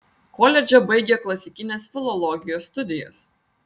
koledže baigė klasikinės filologijos studijas